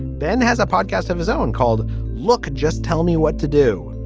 ben has a podcast of his own called look, just tell me what to do.